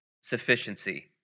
sufficiency